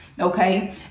okay